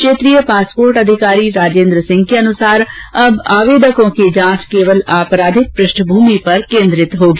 क्षेत्रीय पासपोर्ट अधिकारी राजेन्द्र सिंह के अनुसार अब आवेदको की जांच केवल आपराधिक पृष्ठभूमि पर केन्द्रित होगी